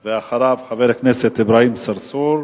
ואחריו, חבר הכנסת אברהים צרצור.